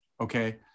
Okay